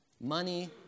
Money